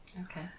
okay